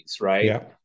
right